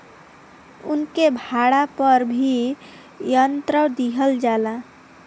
उनके भाड़ा पर भी यंत्र दिहल जाला